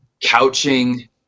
couching